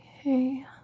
Okay